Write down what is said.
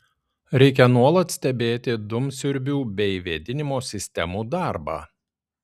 reikia nuolat stebėti dūmsiurbių bei vėdinimo sistemų darbą